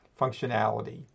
functionality